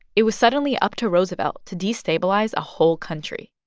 it was suddenly up to roosevelt to destabilize a whole country